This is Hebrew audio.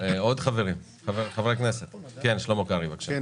חבר הכנסת שלמה קרעי, בבקשה.